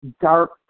dark